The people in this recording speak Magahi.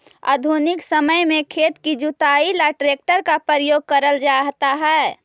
आधुनिक समय में खेत की जुताई ला ट्रैक्टर का प्रयोग करल जाता है